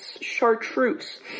chartreuse